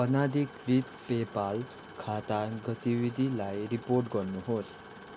अनाधिकृत PayPal खाता गतिविधिलाई रिपोर्ट गर्नुहोस्